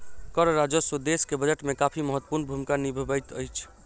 कर राजस्व देश के बजट में काफी महत्वपूर्ण भूमिका निभबैत अछि